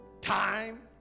time